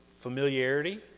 familiarity